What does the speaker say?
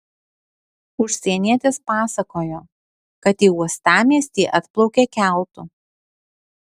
užsienietis pasakojo kad į uostamiestį atplaukė keltu